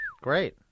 Great